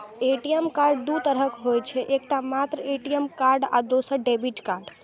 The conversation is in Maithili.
ए.टी.एम कार्ड दू तरहक होइ छै, एकटा मात्र ए.टी.एम कार्ड आ दोसर डेबिट कार्ड